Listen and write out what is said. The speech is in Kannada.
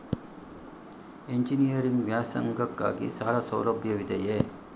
ಎಂಜಿನಿಯರಿಂಗ್ ವ್ಯಾಸಂಗಕ್ಕಾಗಿ ಸಾಲ ಸೌಲಭ್ಯವಿದೆಯೇ?